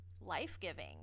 life-giving